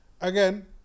Again